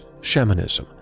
shamanism